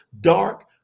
dark